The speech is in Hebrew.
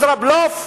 ישראבלוף?